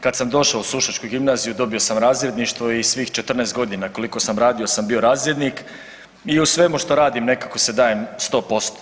Kad sam došao u sušačku gimnaziju dobio sam razredništvo i svih 14 godina koliko sam radio sam bio razrednik i u svemu što radim nekako se dajem 100%